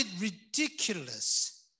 ridiculous